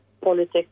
politics